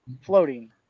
floating